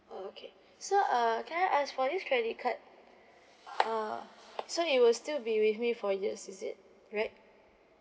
oh okay so uh can I ask for this credit card uh so it will still be with me for years is it right